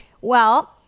Well-